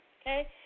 Okay